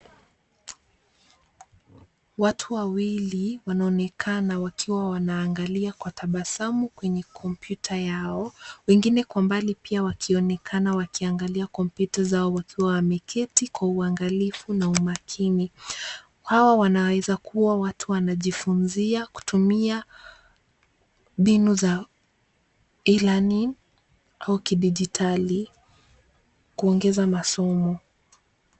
Watu wawili wanaonekana wakiwa wanaangalia kwa tabasamu kwenye kompyuta yao. Wengine kwa mbali pia wakionekana wakiangalia kompyuta zao wakiwa wameketi kwa uangalifu na umakini. Hawa wanaweza kuwa watu wanajifunzia kutumia mbinu za E-Learning au kidijitali kuongeza masomo.